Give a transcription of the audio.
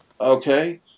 okay